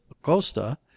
Acosta